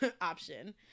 option